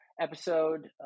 episode